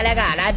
and god!